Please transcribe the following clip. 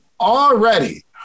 already